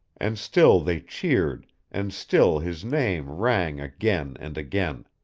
and still they cheered and still his name rang again and again.